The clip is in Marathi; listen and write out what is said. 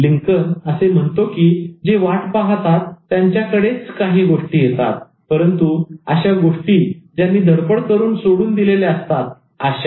लिंकन असे म्हणतो की "जे वाट पाहतात त्यांच्याकडेच काही गोष्टी येतात परंतु अशा गोष्टी ज्यांनी धडपड करून सोडून दिलेल्या असतात अशा